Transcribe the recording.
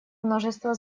множество